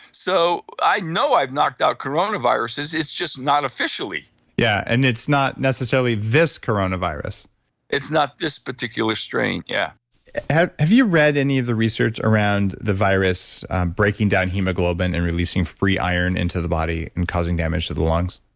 so, i know i've knocked out coronaviruses. it's just not officially yeah, and it's not necessarily this coronavirus it's not this particular strain, yeah have have you read any of the research around the virus breaking down hemoglobin and releasing free iron into the body and causing damage to the lungs?